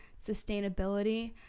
sustainability